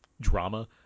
drama